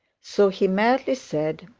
so he merely said,